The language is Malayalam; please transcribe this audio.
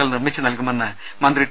കൾ നിർമ്മിച്ചുനൽകുമെന്ന് മന്ത്രി ടി